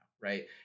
right